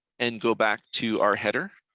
and go back to our header,